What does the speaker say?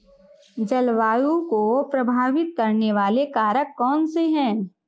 जलवायु को प्रभावित करने वाले कारक कौनसे हैं?